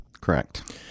Correct